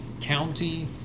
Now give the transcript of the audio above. county